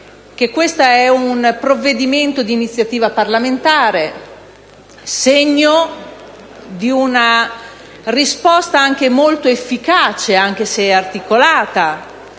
esame è un provvedimento di iniziativa parlamentare, segno di una risposta molto efficace, anche se articolata,